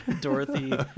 Dorothy